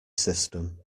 system